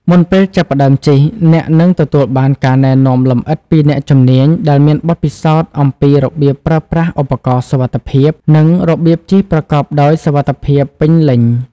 មុនពេលចាប់ផ្តើមជិះ អ្នកនឹងទទួលបានការណែនាំលម្អិតពីអ្នកជំនាញដែលមានបទពិសោធន៍អំពីរបៀបប្រើប្រាស់ឧបករណ៍សុវត្ថិភាព និងរបៀបជិះប្រកបដោយសុវត្ថិភាពពេញលេញ។